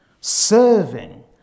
serving